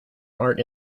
art